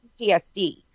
PTSD